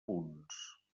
punts